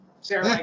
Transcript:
Sarah